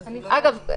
אגב,